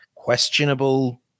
questionable